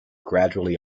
gradually